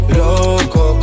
loco